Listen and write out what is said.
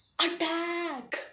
attack